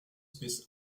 biss